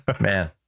Man